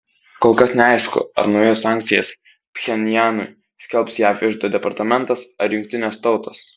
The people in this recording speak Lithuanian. kol kas neaišku ar naujas sankcijas pchenjanui skelbs jav iždo departamentas ar jungtinės tautos